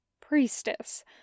Priestess